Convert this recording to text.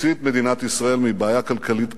להוציא את מדינת ישראל מבעיה כלכלית קשה,